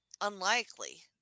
unlikely